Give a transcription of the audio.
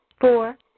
four